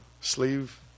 sleeve